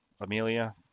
Amelia